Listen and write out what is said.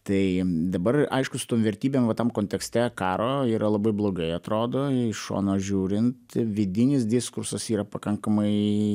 tai dabar aišku su tom vertybėm va tam kontekste karo yra labai blogai atrodo iš šono žiūrint vidinis diskursas yra pakankamai